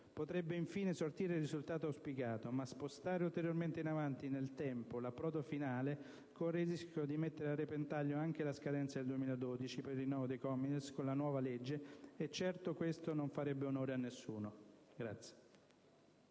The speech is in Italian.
potrebbe infine sortire il risultato auspicato; ma spostando ulteriormente in avanti nel tempo l'approdo finale si corre il rischio di mettere a repentaglio anche la scadenza del 2012 per il rinnovo dei COMITES con la nuova legge e questo, certo, non farebbe onore a nessuno.